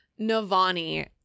Navani